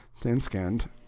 thin-skinned